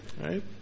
Right